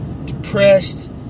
depressed